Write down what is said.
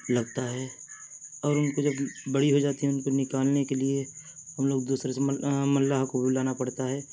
لگتا ہے اور ان کو جب بڑی ہو جاتی ہے ان کو نکالنے کے لیے ہم لوگ دوسرے سے مل ملاح کو بلانا پڑتا ہے